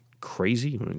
crazy